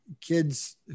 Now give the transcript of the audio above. kids